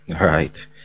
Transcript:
Right